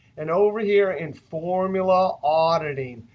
and over here in formula auditing,